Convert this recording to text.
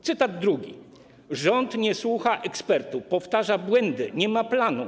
Cytat drugi: Rząd nie słucha ekspertów, powtarza błędy, nie ma planu.